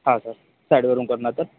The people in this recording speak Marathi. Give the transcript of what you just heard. हा सर साईटवरून करणार सर